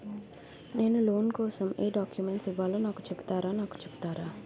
నేను లోన్ కోసం ఎం డాక్యుమెంట్స్ ఇవ్వాలో నాకు చెపుతారా నాకు చెపుతారా?